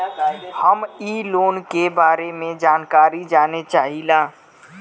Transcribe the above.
हम इ लोन के बारे मे जानकारी जाने चाहीला?